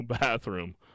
bathroom